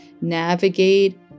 navigate